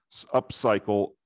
upcycle